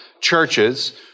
churches